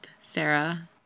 Sarah